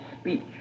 speech